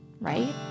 right